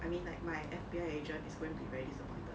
I mean like my F_B_I agent is going to be very disappointed